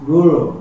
Guru